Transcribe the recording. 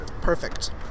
Perfect